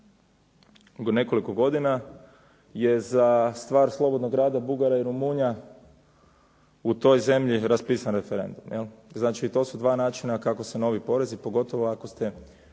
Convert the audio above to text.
nekoliko godina je za stvar slobodnog rada Bugara i Rumunja u toj zemlji raspisan referendum. Znači to su dva načina kako se novi porezi, pogotovo ako ste